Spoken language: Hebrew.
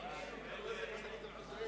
של חבר הכנסת גדעון עזרא